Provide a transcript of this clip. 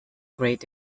great